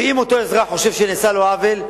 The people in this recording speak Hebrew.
ואם אותו אזרח חושב שנעשה לו עוול,